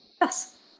Yes